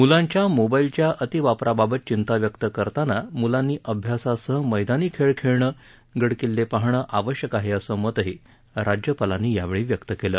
मुलांच्या मोबाईलच्या अतिवापराबाबत चिंता व्यक्त करताना मुलांनी अभ्यासासह मैदानी खेळ खेळणं गडकिल्ले पाहणे आवश्यक आहे असं मत राज्यपालांनी यावेळी व्यक्त केलं